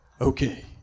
okay